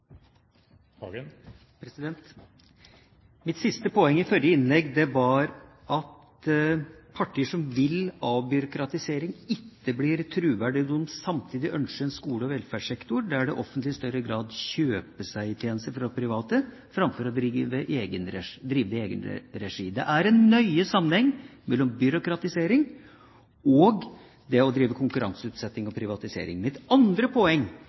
Mitt siste poeng i forrige innlegg var at partier som vil avbyråkratisering, ikke blir troverdige når de samtidig ønsker en skole- og velferdssektor der det offentlige i større grad kjøper seg tjenester fra private framfor å drive i egen regi. Det er en nøye sammenheng mellom byråkratisering og det å drive konkurranseutsetting og privatisering. Mitt andre poeng